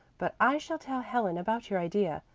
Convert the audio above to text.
but i shall tell helen about your idea.